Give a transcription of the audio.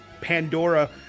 Pandora